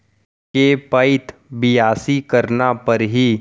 के पइत बियासी करना परहि?